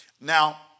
Now